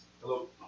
Hello